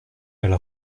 elle